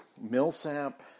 Millsap